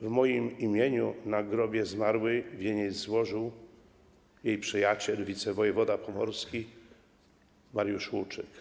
W moim imieniu na grobie zmarłej wieniec złożył jej przyjaciel, wicewojewoda pomorski Mariusz Łuczyk.